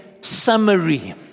summary